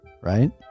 right